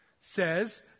says